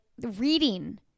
reading